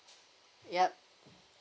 yup